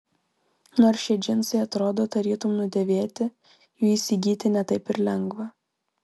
nors šie džinsai atrodo tarytum nudėvėti jų įsigyti ne taip ir lengva